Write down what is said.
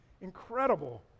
Incredible